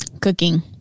Cooking